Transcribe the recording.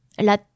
La